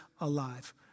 alive